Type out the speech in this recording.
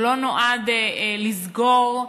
הוא לא נועד לסגור,